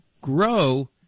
grow